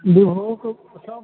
बीभो कऽ